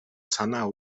санаа